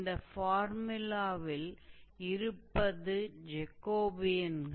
இந்த ஃபார்முலாவில் இருப்பது ஜேகோபியன்கள்